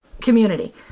community